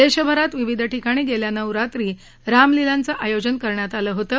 देशभरात विविध ठिकाणी गेल्या नऊ रात्री रामलीलांचं आयोजन करण्यात आलं होतं